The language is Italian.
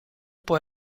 può